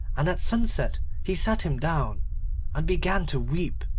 and at sunset he sat him down and began to weep,